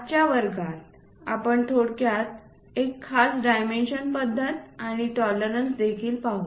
आजच्या वर्गात आपण थोडक्यात एक खास डायमेन्शन पद्धत आणि टॉलरन्स देखील पाहू